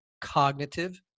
cognitive